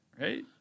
right